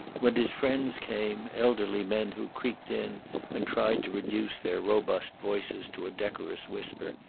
when his friends came, elderly men who creaked in and tried to reduce their robust voices to a decorous whisper,